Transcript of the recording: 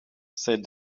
said